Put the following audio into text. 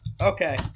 Okay